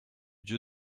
dieu